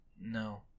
No